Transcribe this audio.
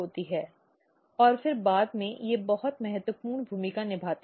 और फिर बाद में वे बहुत महत्वपूर्ण भूमिका निभाते हैं